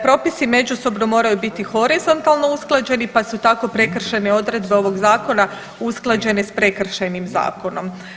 Propisi međusobno moraju biti horizontalno usklađeni pa su tako prekršajne odredbe ovog zakona usklađene s Prekršajnim zakonom.